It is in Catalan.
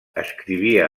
escrivia